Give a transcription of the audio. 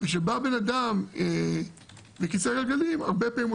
כשבא בן אדם על כיסא גלגלים הרבה פעמים הוא